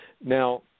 Now